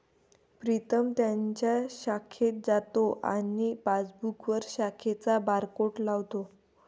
प्रीतम त्याच्या शाखेत जातो आणि पासबुकवर शाखेचा बारकोड लावतो